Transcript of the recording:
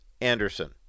Anderson